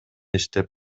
иштеп